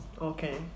Okay